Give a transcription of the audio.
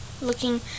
looking